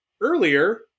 earlier